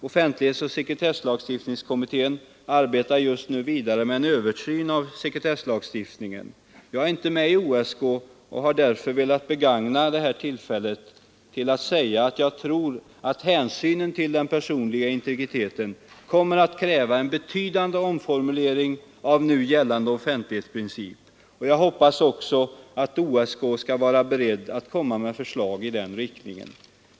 Offentlighetsoch sekretesslagstiftningskommittén arbetar just nu vidare med en översyn av sekretesslagstiftningen. Jag är inte med i OSK och har därför velat begagna det här tillfället att säga att jag tror att hänsynen till den personliga integriteten kommer att kräva en betydande omformulering av nu gällande offentlighetsprincip. Jag hoppas också att OSK skall vara beredd att komma med förslag i den riktningen.